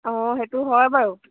অঁ সেইটো হয় বাৰু